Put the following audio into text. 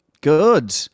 Good